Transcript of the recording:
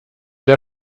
der